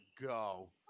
go